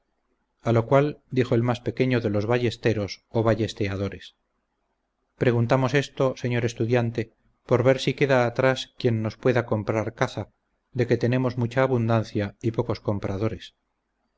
a lo cual dijo el más pequeño de los ballesteros o ballesteadores preguntamos esto señor estudiante por ver si queda atrás quien nos pueda comprar caza de que tenemos mucha abundancia y pocos compradores